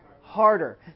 harder